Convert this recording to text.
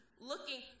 looking